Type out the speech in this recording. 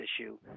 issue